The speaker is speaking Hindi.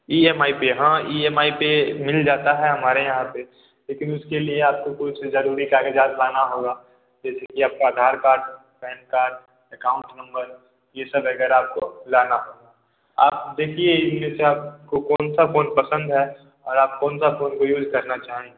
ई एम आई पर है ई एम आई पर मिल जाता है हमारे यहाँ पर लेकिन उसके लिए आपको कुछ जरूरी कागजात लाना होगा इसके लिए आपका Aadhaar card PAN card account number ये सब वगैरह आपको लाना आप देखिए आपको इनमें से कौन सा फोन पसंद है और आप कौन सा फोन वीविल करना चाहेंगे